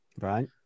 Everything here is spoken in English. Right